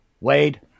Wade